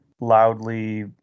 loudly